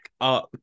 up